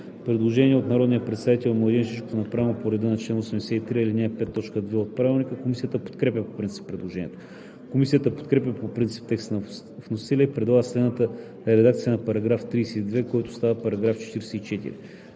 Предложение от народния представител Младен Шишков, направено по реда на чл. 83. ал. 5, т. 2 от Правилника. Комисията подкрепя по принцип предложението. Комисията подкрепя по принцип текста на вносителя и предлага следната редакция на § 32, който става § 44: „§ 44.